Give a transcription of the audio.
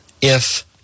If-